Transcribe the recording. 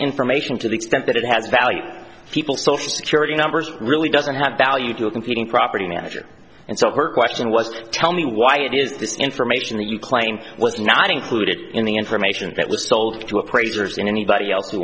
information to the extent that it has value people social security numbers really doesn't have value computing property manager and so her question was tell me why it is this information that you claim was not included in the information that was sold to appraisers and anybody else who